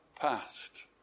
past